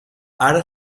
ara